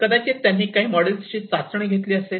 कदाचित त्यांनी काही मॉडेल्सची चाचणी घेतली असेल